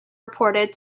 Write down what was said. reported